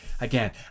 again